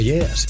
Yes